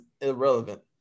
irrelevant